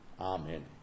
Amen